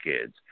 kids